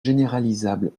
généralisables